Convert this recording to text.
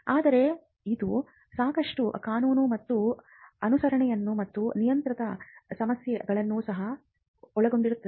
ಆದರೆ ಇದು ಸಾಕಷ್ಟು ಕಾನೂನು ಮತ್ತು ಅನುಸರಣೆ ಮತ್ತು ನಿಯಂತ್ರಕ ಸಮಸ್ಯೆಗಳನ್ನು ಸಹ ಒಳಗೊಂಡಿರುತ್ತದೆ